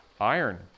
Iron